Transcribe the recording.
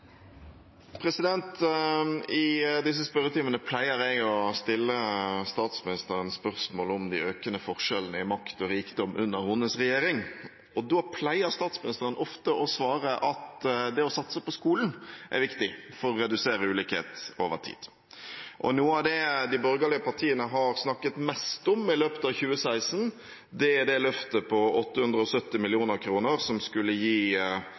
I disse spørretimene pleier jeg å stille statsministeren spørsmål om de økende forskjellene i makt og rikdom under hennes regjering, og da pleier statsministeren ofte å svare at det å satse på skolen er viktig for å redusere ulikhet over tid. Noe av det de borgerlige partiene har snakket mest om i løpet av 2016, er det løftet på 870 mill. kr som skulle gi